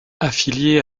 affiliée